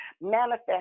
manifest